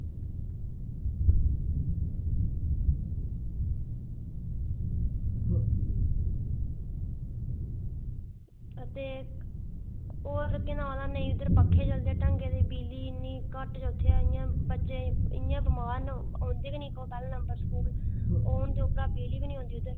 ते होर केह् नांऽ इंदा नेईं इद्धर पक्खे ढंगै दे बिजली इन्नी घट्ट इत्थें ते बच्चे इंया बमार न औंदे निं पैह्ले नंबर ते स्कूल औन ते बिजली निं औंदी ते